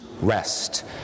rest